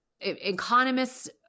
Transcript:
economists